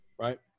right